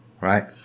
Right